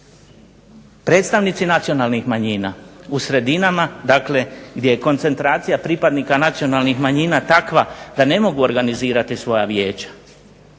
Predstavnici nacionalnih manjina u sredinama dakle gdje je koncentracija pripadnika nacionalnih manjina takva da ne mogu organizirati svoje vijeća